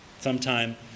Sometime